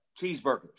cheeseburgers